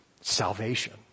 Salvation